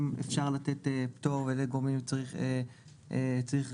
אפשר לתת פטור ואיזה גורמים צריכים ברישיון,